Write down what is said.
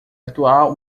atual